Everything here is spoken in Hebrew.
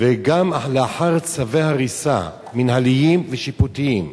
גם לאחר צווי הריסה מינהליים ושיפוטיים,